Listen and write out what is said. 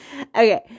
Okay